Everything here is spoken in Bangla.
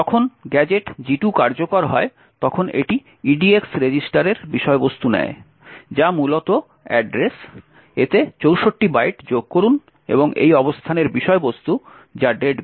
যখন গ্যাজেট G2 কার্যকর হয় তখন এটি edx রেজিস্টারের বিষয়বস্তু নেয় যা মূলত অ্যাড্রেস এতে 64 বাইট যোগ করুন এবং এই অবস্থানের বিষয়বস্তু যা deadbeef